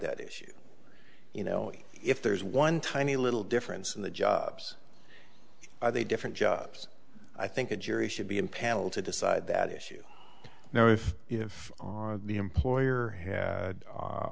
that issue you know if there's one tiny little difference in the jobs are they different jobs i think a jury should be empaneled to decide that issue now if you know if the employer had a